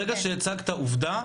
ברגע שהצגת עובדה,